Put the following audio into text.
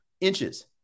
inches